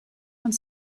ond